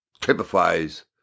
typifies